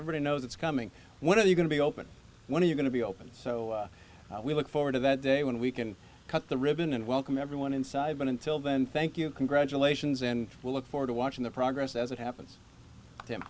everyone knows it's coming what are you going to be open when are you going to be open so we look forward to that day when we can cut the ribbon and welcome everyone inside but until then thank you congratulations and we'll look forward to watching the progress as it happen